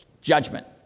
Judgment